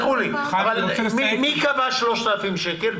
מי קבע 3,000 שקל?